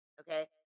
Okay